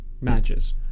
matches